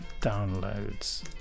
downloads